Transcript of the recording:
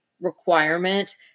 requirement